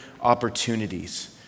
opportunities